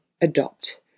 adopt